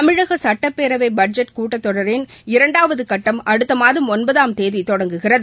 தமிழக சட்டப்பேரவை பட்ஜெட் கூட்டத்தொடரின் இரண்டாவது கட்டம் அடுத்த மாதம் ஒன்பதாம் தேதி தொடங்குகிறது